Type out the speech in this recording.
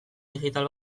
digital